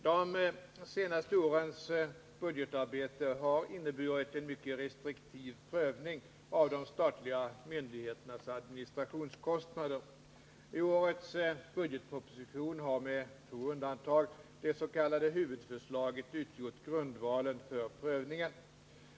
De senaste årens budgetarbete har inneburit en mycket restriktiv prövning av de statliga myndigheternas administrationskostnader. I årets budgetproposition har med få undantag det s.k. huvudförslaget utgjort grundvalen för prövningen.